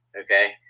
okay